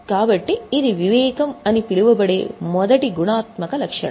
కాబట్టి ఇది వివేకం అని పిలువబడే మొదటి గుణాత్మక లక్షణం